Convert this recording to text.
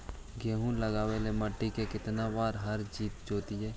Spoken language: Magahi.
गेहूं लगावेल मट्टी में केतना बार हर जोतिइयै?